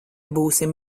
būsim